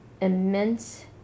immense